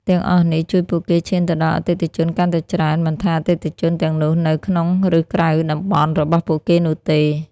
ទាំងអស់នេះ ជួយពួកគេឈានទៅដល់អតិថិជនកាន់តែច្រើន មិនថាអតិថិជនទាំងនោះនៅ ក្នុង ឬក្រៅតំបន់ របស់ពួកគេនោះទេ។